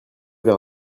vers